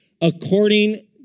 according